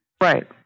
Right